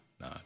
no